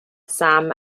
sam